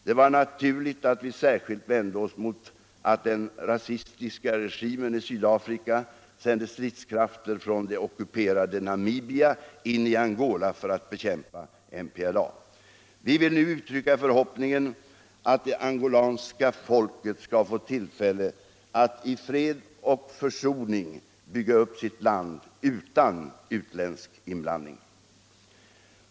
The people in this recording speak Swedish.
Det var naturligt att vi särskilt vände oss mot att den rasistiska regimen i Sydafrika sände stridskrafter från det ockuperade Namibia in i Angola för att bekämpa MPLA: Vi vill nu uttrycka förhoppningen att det angolanska folket skall få tillfälle att i fred och försoning bygga upp sitt land, utan utländsk inblandning.